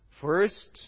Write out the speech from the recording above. First